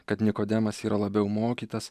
kad nikodemas yra labiau mokytas